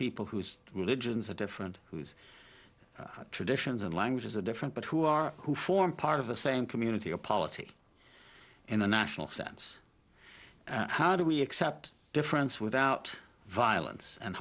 people whose religions are different whose traditions and languages are different but who are who form part of the same community or polity in a national sense and how do we accept difference without violence and